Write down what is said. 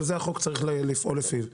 אבל צריך לפעול לפי החוק.